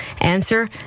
answer